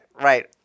Right